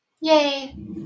Yay